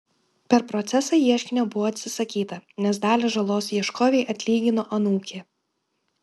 per procesą ieškinio buvo atsisakyta nes dalį žalos ieškovei atlygino anūkė